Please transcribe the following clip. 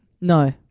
No